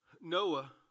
Noah